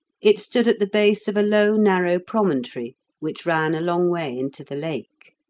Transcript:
it stood at the base of a low narrow promontory, which ran a long way into the lake.